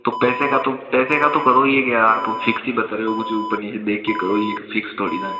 तो पैसे का तो पैसे का तो करो ये आप फिक्स ही बता रहे हो कुछ ऊपर नीचे देख के करो ये फिक्स थोड़ी ना है